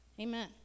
amen